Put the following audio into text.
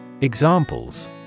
Examples